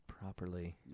Properly